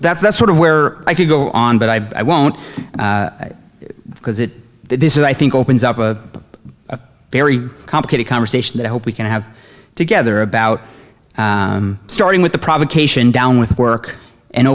that's that's sort of where i could go on but i won't because it this is i think opens up a very complicated conversation that i hope we can have together about starting with the provocation down with work and